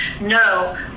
no